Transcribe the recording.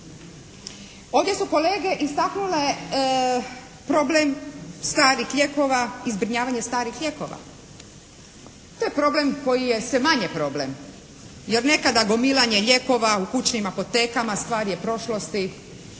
Ovdje su kolege istaknule problem starih lijekova i zbrinjavanje starih lijekova. To je problem koji je sve manje problem, jer nekada gomilanje lijekova u kućnim apotekama stvar je prošlosti